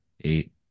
eight